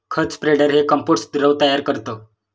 खत स्प्रेडर हे कंपोस्ट द्रव तयार करतं